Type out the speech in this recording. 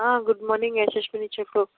good morning Yashaswini చెప్పు